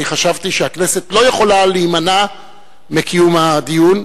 אני חשבתי שהכנסת לא יכולה להימנע מקיום הדיון,